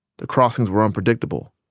the crossings were unpredictable.